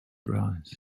arise